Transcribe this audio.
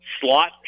Slot